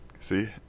See